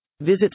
Visit